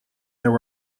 there